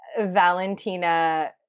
Valentina